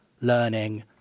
learning